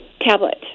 Tablet